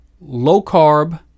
low-carb